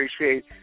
appreciate